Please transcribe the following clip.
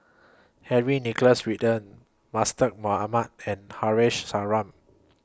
Henry Nicholas Ridley Mustaq Mohamad and Haresh Sharma